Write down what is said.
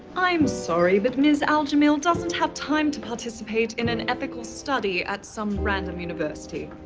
i'm sorry, but miss al-jamil doesn't have time to participate in an ethical study at some random university.